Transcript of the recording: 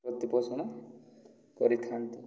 ପ୍ରତିପୋଷଣ କରିଥାନ୍ତି